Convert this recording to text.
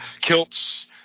Kilts